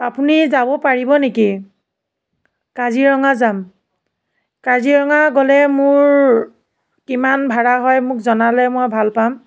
আপুনি যাব পাৰিব নেকি কাজিৰঙা যাম কাজিৰঙা গ'লে মোৰ কিমান ভাড়া হয় মোক জনালে মই ভাল পাম